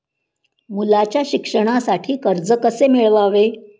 मुलाच्या शिक्षणासाठी कर्ज कसे मिळवावे?